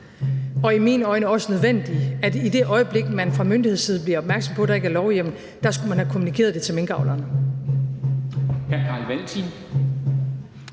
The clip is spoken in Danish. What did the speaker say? og i mine øjne også nødvendige, at i det øjeblik, man fra myndighedsside bliver opmærksom på, at der ikke er lovhjemmel, skulle man have kommunikeret det til minkavlerne.